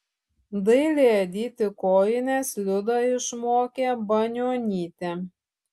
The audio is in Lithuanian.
dailiai adyti kojines liudą išmokė banionytė